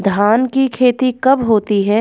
धान की खेती कब होती है?